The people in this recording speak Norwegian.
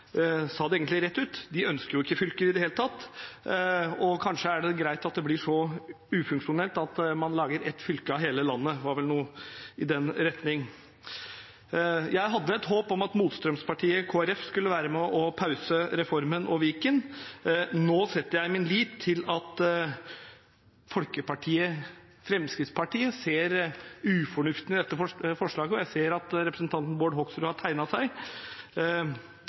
sa Fremskrittspartiets talskvinne Kjønaas Kjos det egentlig rett ut. De ønsker ikke fylker i det hele tatt og kanskje er det greit at det blir så ikke-funksjonelt at man lager ett fylke av hele landet. Det var vel noe i den retning. Jeg hadde et håp om at motstrømspartiet Kristelig Folkeparti skulle være med og pause reformen og Viken. Nå setter jeg min lit til at folkepartiet Fremskrittspartiet ser ufornuften i dette forslaget. Jeg ser at representanten Bård Hoksrud har tegnet seg.